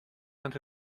and